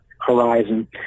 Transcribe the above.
horizon